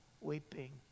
weeping